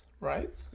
right